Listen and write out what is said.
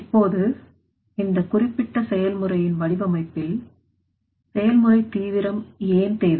இப்போது இந்தக் குறிப்பிட்ட செயல்முறையின் வடிவமைப்பில் செயல்முறை தீவிரம் ஏன் தேவை